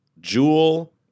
Jewel